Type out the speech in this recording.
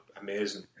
amazing